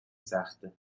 سخته